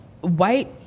white